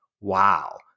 Wow